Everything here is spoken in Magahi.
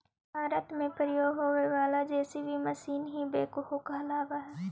भारत में प्रयोग होवे वाला जे.सी.बी मशीन ही बेक्हो कहलावऽ हई